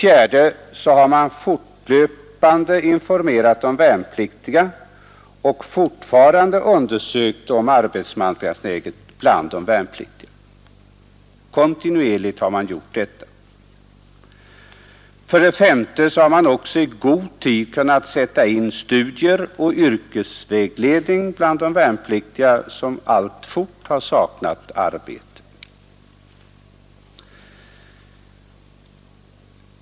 Man har fortlöpande informerat de värnpliktiga och fortgående bedrivit undersökningar om arbetsmarknadsläget. Detta har skett kontinuerligt. S. I god tid har man kunnat sätta in studier och yrkesvägledning bland de värnpliktiga, vilka alltfort saknat arbete. 6.